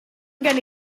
gonna